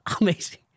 amazing